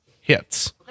hits